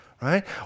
right